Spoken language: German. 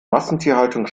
massentierhaltung